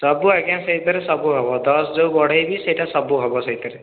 ସବୁ ଆଜ୍ଞା ସେଇଥିରେ ସବୁ ହେବ ଦଶ ଯେଉଁ ବଢେଇଲେ ସେଟା ସବୁ ହେବ ସେଇଥିରେ